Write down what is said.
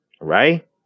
Right